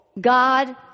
God